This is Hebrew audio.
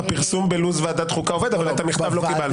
הפרסום בלו"ז ועדת חוקה עובד אבל את המכתב לא קיבלתי.